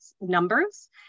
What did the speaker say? numbers